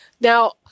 Now